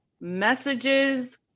messages